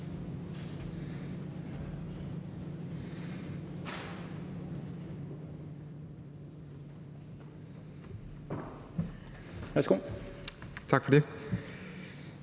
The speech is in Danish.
først. Tak for ordet.